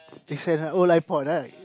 as in old iPod right